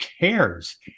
cares